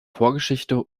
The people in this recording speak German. vorgeschichte